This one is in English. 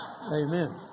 Amen